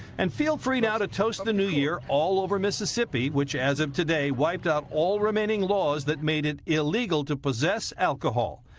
and feel free, now, to toast the new year all over mississippi, which as of today, wiped out all remaining laws that made it illegal to possess alcohol.